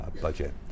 budget